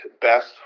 best